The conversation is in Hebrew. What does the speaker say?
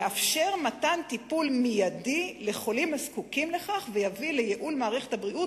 יאפשר מתן טיפול מיידי לחולים הזקוקים לכך ויביא לייעול מערכת הבריאות,